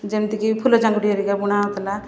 ଯେମିତିକି ଫୁଲ ଚାଙ୍ଗୁଡ଼ି ହେରିକା ବୁଣା ହେଉଥିଲା